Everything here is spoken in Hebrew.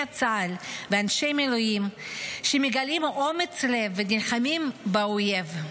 צה"ל ואנשי מילואים שמגלים אומץ לב ונלחמים באויב.